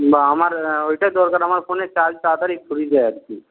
বা আমার ওইটা দরকার আমার ফোনের চার্জ তাড়াতাড়ি ফুরিয়ে যায় আর কি